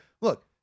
look